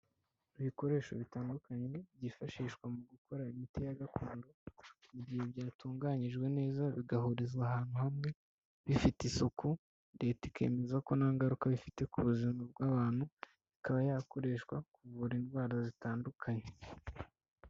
Ibikoresho bitandukanye byifashishwa mu gukora imiti ya gakondo, mu gihe byatunganyijwe neza bigahurizwa ahantu hamwe bifite isuku, leta ikemeza ko nta ngaruka bifite ku buzima bw'abantu, ikaba yakoreshwa mu kuvura indwara zitandukanye.